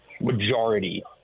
majority